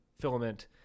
filament